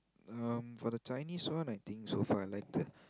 um for the Chinese one I think so far I like the